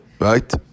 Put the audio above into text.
right